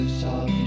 soft